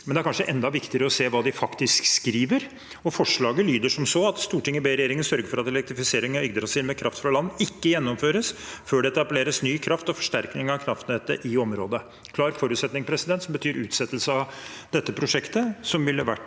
men det er kanskje enda viktigere å se på hva de faktisk skriver, og forslaget lyder som så: «Stortinget ber regjeringen sørge for at elektrifisering av Yggdrasil med kraft fra land ikke gjennomføres før det etableres ny kraft og forsterkninger av kraftnettet i området.» Det er en klar forutsetning som betyr utsettelse av dette prosjektet, noe som etter